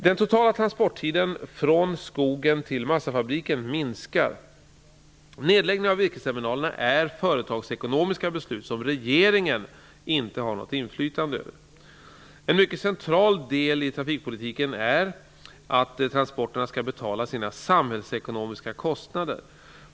Den totala transporttiden från skogen till massafabriken minskar. Nedläggningarna av virkesterminalerna är företagsekonomiska beslut som regeringen inte har något inflytande över. En mycket central del i trafikpolitiken är att transporterna skall betala sina samhällsekonomiska kostnader.